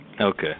Okay